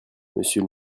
monsieur